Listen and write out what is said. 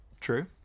True